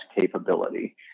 capability